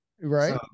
right